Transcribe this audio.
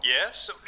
Yes